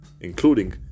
including